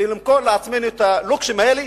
ולמכור לעצמנו את הלוקשים האלה,